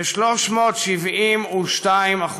ב-372%.